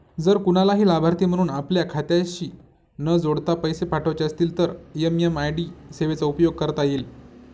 जर कुणालाही लाभार्थी म्हणून आपल्या खात्याशी न जोडता पैसे पाठवायचे असतील तर एम.एम.आय.डी सेवेचा उपयोग करता येईल